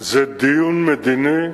זה דיון מדיני.